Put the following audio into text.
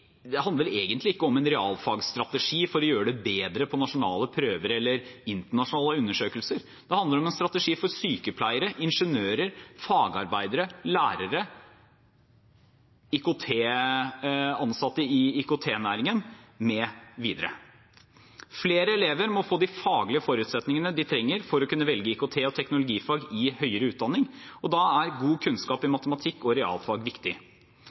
egentlig ikke om en realfagsstrategi for å gjøre det bedre på nasjonale prøver eller internasjonale undersøkelser, det handler om en strategi for sykepleiere, ingeniører, fagarbeidere, lærere, IKT-ansatte i IKT-næringen mv. Flere elever må få de faglige forutsetningene de trenger for å kunne velge IKT og teknologifag i høyere utdanning, og da er god kunnskap i matematikk og realfag viktig.